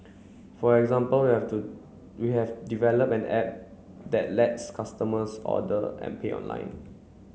for example we have to we have developed an app that lets customers order and pay online